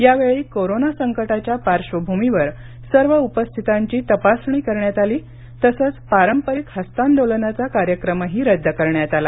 यावेळी कोरोना संकटाच्या पार्श्वभूमीवर सर्व उपस्थितांची तपासणी करण्यात आली तसंच पारंपरिक हस्तांदोलनाचा कार्यक्रमही रद्द करण्यात आला